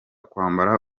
kwambara